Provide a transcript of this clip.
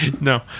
No